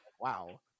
wow